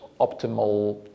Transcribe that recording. optimal